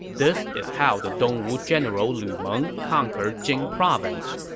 this is how the dongwu general lu meng conquered jing province.